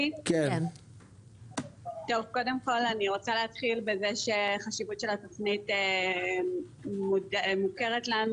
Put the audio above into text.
קודם כל, חשיבות התוכנית מוכרת לנו.